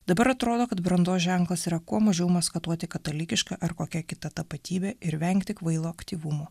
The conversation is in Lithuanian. dabar atrodo kad brandos ženklas yra kuo mažiau maskatuoti katalikiška ar kokia kita tapatybe ir vengti kvailo aktyvumo